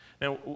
Now